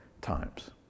times